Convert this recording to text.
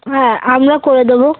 হ্যাঁ আমরা করে দেবো